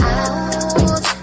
out